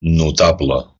notable